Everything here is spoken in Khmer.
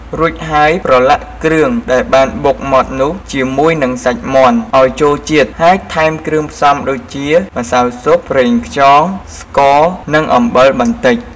រួចហើយប្រឡាក់គ្រឿងដែលបានបុកម៉ដ្ឋនោះជាមួយនិងសាច់មាន់ឱ្យចូលជាតិ ហើយថែមគ្រឿងផ្សំដូចជា ម្សៅស៊ុប ប្រេងខ្យង ស្ករ និង អំបិលបន្តិច។